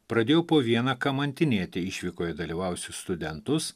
pradėjo po vieną kamantinėti išvykoje dalyvavusius studentus